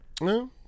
No